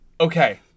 Okay